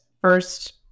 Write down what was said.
First